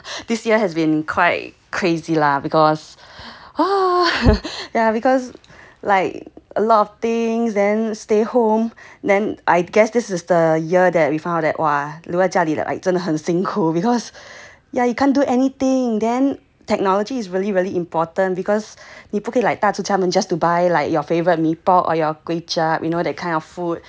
this year has been quite crazy lah because yeah because like a lot of things then stay home then I guess this is the year that we found that !wah! 留在家里的真的很辛苦 because ya you can't do anything then technology is really really important because 你不可以踏出家门 just to buy like your favourite mee pok or your kuay chap you know that kind of food yah so it's really tough